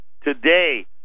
Today